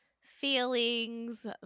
feelings